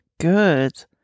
good